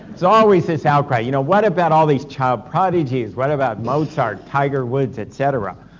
it's always this outcry, you know what about all these child prodigies? what about mozart, tiger woods, etc?